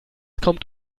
kommt